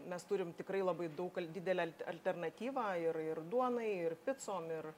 mes turim tikrai labai daug al didelę alt alternatyvą ir ir duonai ir picom ir